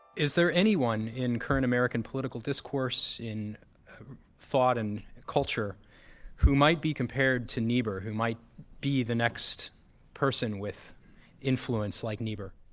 is there anyone in current american political discourse in thought and culture who might be compared to niebuhr, who might be the next person with influence like niebuhr?